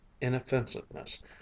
inoffensiveness